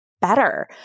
better